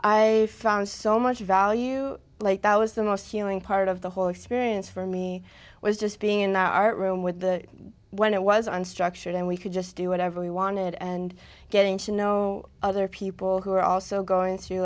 i found so much value like that was the most healing part of the whole experience for me was just being in the art room with the when it was unstructured and we could just do whatever we wanted and getting to know other people who were also going to